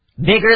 Bigger